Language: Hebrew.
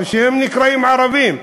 שנקראים ערבים.